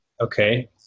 okay